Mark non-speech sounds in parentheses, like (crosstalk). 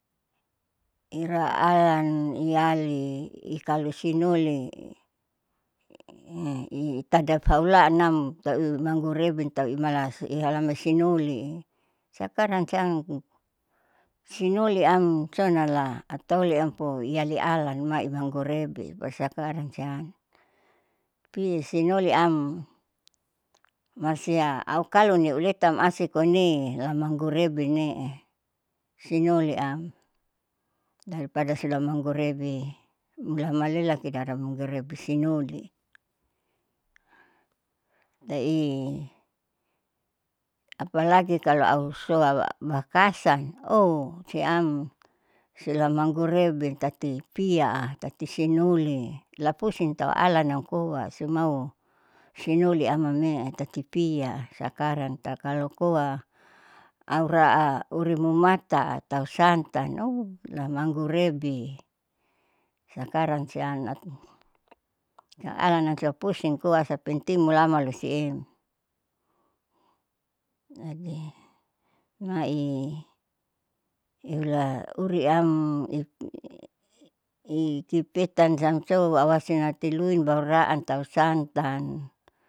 Iya alan iyali i kalo sinoli i tadapa ulaanam tau imanggurebe tau ima ihalamai sinoli i sakarang siam sinoliam sona atoliampo iyali alan manggurebe po sakarang sian pi sinoliam malusia aukolo niuleta am asikoine manggurebe ne'e sinoliam, dari pada sudah manggurebe mula malelati dara amnggurebe sinoli. Itai apalagi kalo au soa au bakasang oh siam sila manggurebe tati piya am tati sinoli lapusin tau alanam koa sumau sinoliam ame'e tati piya sakarang tau kalo koa aura urimumata'a tau santan ou lamanggurebe. Sakarang siam (noise) alanam siam pusing koa asa penting mulamalu siem. Jadi mai ihula uriam i ikipetan siam sou koasi atiluin baru raan tau santan.